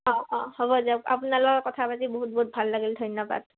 অঁ অঁ হ'ব দিয়ক আপোনাৰ লগত কথা পাতি বহুত বহুত ভাল লাগিল ধন্যবাদ